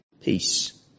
peace